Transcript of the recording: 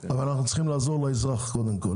אבל אנחנו צריכים לעזור לאזרח קודם כל.